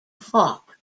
hawk